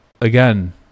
again